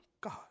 God